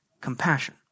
compassion